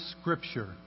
Scripture